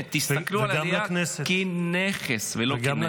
באמת, תסתכלו על עלייה כנכס ולא כנטל.